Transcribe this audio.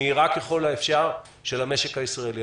מהירה ככל האפשר, של המשק הישראלי.